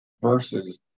versus